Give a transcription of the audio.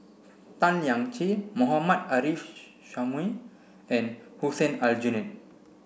Tan Lian Chye Mohammad Arif Suhaimi and Hussein Aljunied